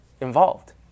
involved